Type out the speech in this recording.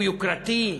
הוא יוקרתי?